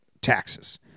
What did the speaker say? taxes